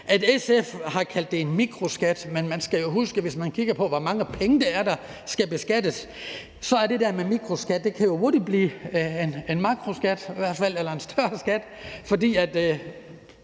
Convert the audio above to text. at SF har kaldt det en mikroskat, men man skal jo huske, at hvis man kigger på, hvor mange penge det er, der skal beskattes, så kan det der med mikroskat hurtigt blive en makroskat eller i hvert fald en større skat. For hvis